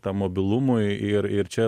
tam mobilumui ir ir čia